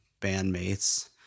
bandmates